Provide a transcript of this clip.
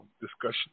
discussion